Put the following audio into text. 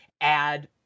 add